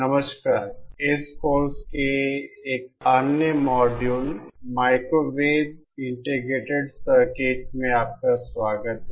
नमस्कार इस कोर्स के एक अन्य मॉड्यूल माइक्रोवेव इंटीग्रेटेड सर्किट में आपका स्वागत है